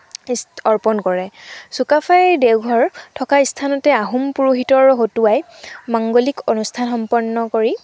অৰ্পণ কৰে চুকাফাই দেওঘৰ থকাৰ স্থানতেই আহোম পুৰোহিতৰ হতুৱাই মাংগলিক অনুষ্ঠান সম্পন্ন কৰি